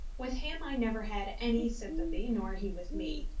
with him i never had any sympathy, nor he with me.